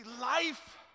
life